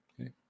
Okay